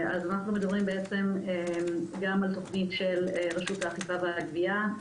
אנחנו מדברים גם על תוכנית של רשות האכיפה והגבייה,